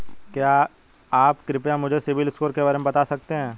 क्या आप कृपया मुझे सिबिल स्कोर के बारे में बता सकते हैं?